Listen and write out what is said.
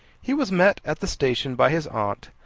he was met at the station by his aunt,